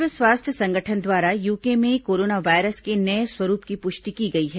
विश्व स्वास्थ्य संगठन द्वारा यूके में कोरोना वायरस के नये स्वरूप की पुष्टि की गई है